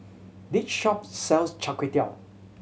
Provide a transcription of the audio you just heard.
this shop sells Char Kway Teow